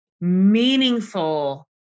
meaningful